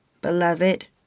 beloved